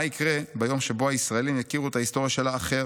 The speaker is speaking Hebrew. מה יקרה ביום שבו הישראלים יכירו את ההיסטוריה של האחר,